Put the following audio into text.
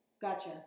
gotcha